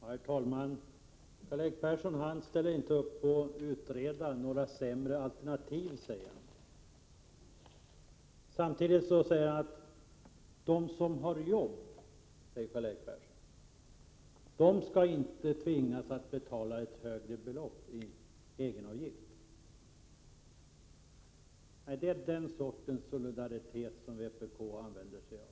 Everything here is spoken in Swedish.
Herr talman! Karl-Erik Persson säger att han inte ställer upp bakom ett utredande av sämre alternativ. Samtidigt säger han att de som har jobb inte skall tvingas att betala ett högre belopp i egenavgift. Det är den typ av solidaritet som vpk visar.